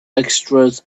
extras